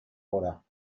order